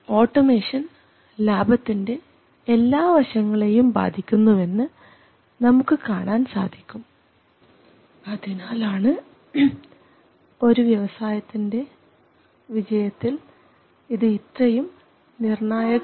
automation ലാഭത്തിൻറെ എല്ലാ വശങ്ങളെയും ബാധിക്കുന്നുവെന്ന് നമുക്ക് കാണാൻ സാധിക്കും അതിനാലാണ് ഒരു വ്യവസായത്തിൻറെ വിജയത്തിൽ ഇത് ഇത്രയും ഇത് നിർണായകമാകുന്നത്